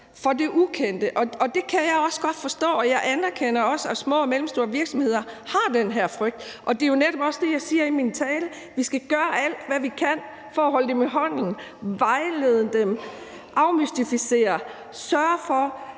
for det ukendte, og det kan jeg også godt forstå, og jeg anerkender også, at de i de små og mellemstore virksomheder har den her frygt. Og jeg siger jo netop også i min tale, at vi skal gøre alt, hvad vi kan, for at holde dem i hånden, vejlede og guide dem, afmystificere det og sørge for,